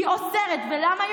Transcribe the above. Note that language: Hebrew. היא אוסרת, ולמה?